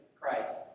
Christ